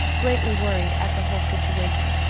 greatly worried at the whole situation,